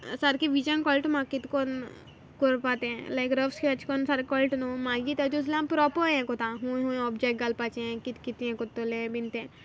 सारकें विजन कोळट म्हाका कितकोन कोरपा तें लायक रफ स्कॅच कोन्न सारक कोळट न्हू मागीर ताचे प्रोपर हें कोतां हूंय हूंय ऑब्जेक्ट घालपाचें कीत कीत हें कोत्तोलें बीन तें